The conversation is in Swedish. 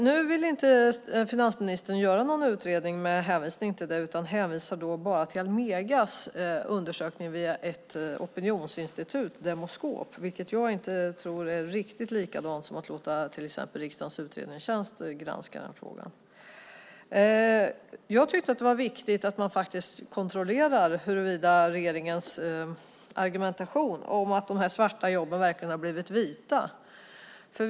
Nu vill finansministern inte göra någon utredning utan hänvisar till Almegas undersökning via ett opinionsinstitut, Demoskop, vilket jag inte tror är riktigt samma sak som att exempelvis låta riksdagens utredningstjänst granska frågan. Jag tycker att det är viktigt att kontrollera huruvida regeringens argumentation, att de svarta jobben blivit vita, stämmer.